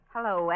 Hello